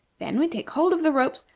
then we take hold of the ropes,